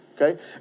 okay